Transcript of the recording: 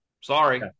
Sorry